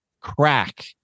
crack